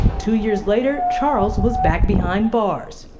two years later, charles was back behind bars,